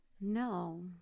No